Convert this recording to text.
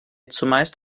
zumeist